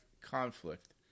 conflict